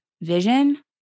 vision